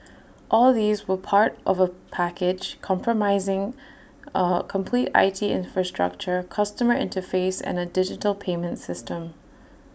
all these were part of A package compromising A complete I T infrastructure customer interface and A digital payment system